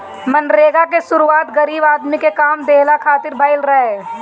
मनरेगा के शुरुआत गरीब आदमी के काम देहला खातिर भइल रहे